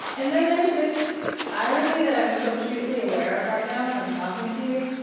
and then there's this irony that i'm so acutely aware of right now, as i'm talking to you.